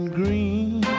green